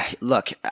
look